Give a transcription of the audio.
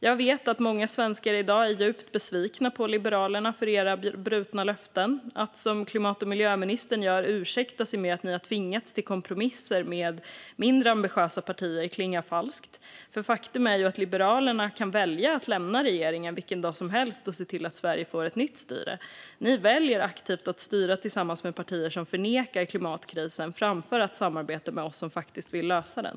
Jag vet att många svenskar i dag är djupt besvikna på Liberalerna för era brutna löften. Att göra som klimat och miljöministern och ursäkta sig med att ni har tvingats till kompromisser med mindre ambitiösa partier klingar falskt. Faktum är att Liberalerna kan välja att lämna regeringen vilken dag som helst och se till att Sverige får ett nytt styre. Men ni väljer aktivt att styra tillsammans med partier som förnekar klimatkrisen framför att samarbeta med oss som faktiskt vill lösa den.